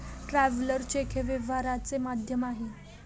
traveller cheque हे व्यवहाराचे माध्यम आहे